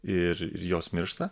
ir ir jos miršta